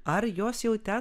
ar jos jau ten